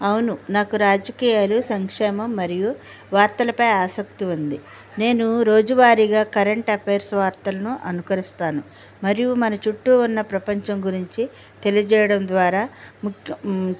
అవును నాకు రాజకీయాలు సంక్షేమం మరియు వార్తలపై ఆసక్తి ఉంది నేను రోజువారీగా కరెంట్ అఫైర్స్ వార్తలను అనుకరిస్తాను మరియు మన చుట్టూ ఉన్న ప్రపంచం గురించి తెలియజేయడం ద్వారా ముఖ్య ము